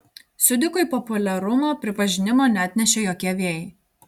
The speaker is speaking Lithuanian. siudikui populiarumo pripažinimo neatnešė jokie vėjai